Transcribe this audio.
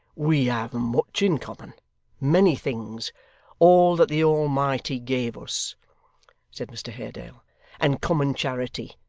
we have much in common many things all that the almighty gave us said mr haredale and common charity,